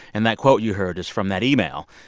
and that quote you heard is from that email.